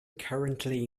currently